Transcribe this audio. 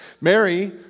Mary